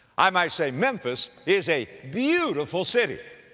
i might say, memphis is a beautiful city.